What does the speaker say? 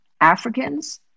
Africans